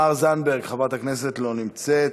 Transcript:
חברת הכנסת תמר זנדברג, לא נמצאת.